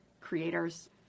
creators